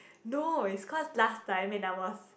no is cause last time when I was